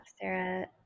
Sarah